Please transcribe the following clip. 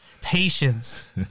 Patience